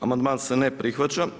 Amandman se ne prihvaća.